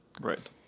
Right